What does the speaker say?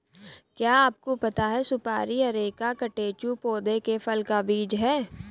क्या आपको पता है सुपारी अरेका कटेचु पौधे के फल का बीज है?